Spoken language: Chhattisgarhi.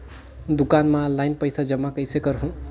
दुकान म ऑनलाइन पइसा जमा कइसे करहु?